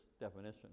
definition